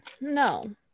no